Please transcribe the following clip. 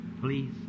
please